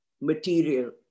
material